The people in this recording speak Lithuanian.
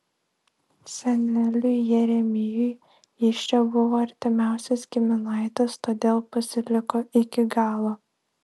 seneliui jeremijui jis čia buvo artimiausias giminaitis todėl pasiliko iki galo